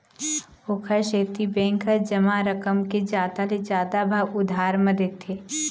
ओखर सेती बेंक ह जमा रकम के जादा ले जादा भाग उधार म देथे